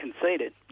conceded